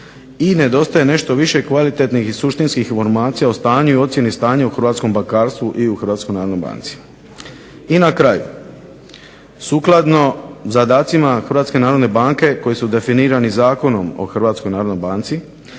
i nedostaje nešto više kvalitetnih i suštinskih informacija o stanju i ocjeni stanja u hrvatskom bankarstvu i u HNB. I na kraju sukladno zadacima HNB-a koji su definirani Zakonom o HNB-a i zakonske